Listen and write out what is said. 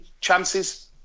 chances